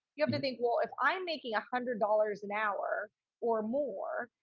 you have to think, well, if i'm making a hundred dollars an hour or more,